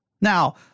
Now